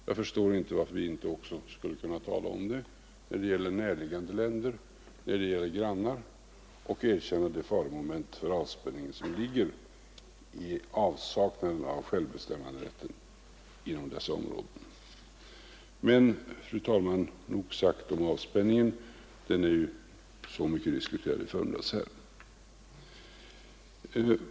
Jag förstår inte varför vi inte också skulle kunna tala om det när det gäller näraliggande länder, när det gäller grannar, och erkänna det faromoment för avspänningen som ligger i avsaknaden av självbestämmanderätt inom dessa områden. Men, fru talman, nog sagt om avspänningen — den är ju så mycket diskuterad i förmiddags här.